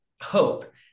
hope